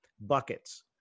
buckets